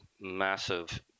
massive